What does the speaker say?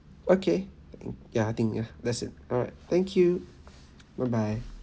okay ya I think ya that's it alright thank you bye bye